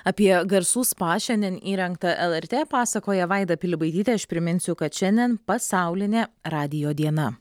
apie garsų spa šiandien įrengtą lrt pasakoja vaida pilibaitytė aš priminsiu kad šiandien pasaulinė radijo diena